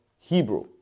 Hebrew